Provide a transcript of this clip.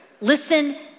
Listen